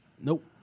Nope